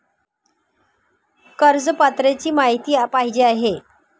कर्ज पात्रतेची माहिती पाहिजे आहे?